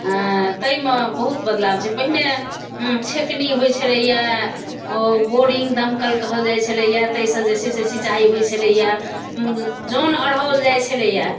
ताहिमे बहुत बदलाव छै पहिने छेकनी होइ छलैए बोरिंग दमकल कहल जाइ छलैए ताहिसँ जे छै से सिञ्चाइ होइ छ्लैए जौन अढ़ौल जाइ छलैए